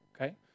okay